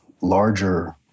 larger